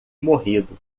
morrido